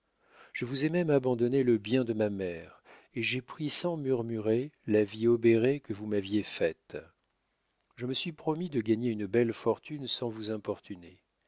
je vous ai même abandonné le bien de ma mère et j'ai pris sans murmurer la vie obérée que vous m'aviez faite je me suis promis de gagner une belle fortune sans vous importuner